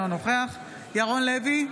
אינו נוכח ירון לוי,